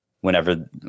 whenever